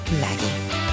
maggie